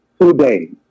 today